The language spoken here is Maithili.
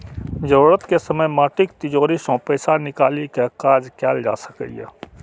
जरूरत के समय माटिक तिजौरी सं पैसा निकालि कें काज कैल जा सकैए